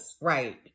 Right